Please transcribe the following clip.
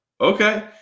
Okay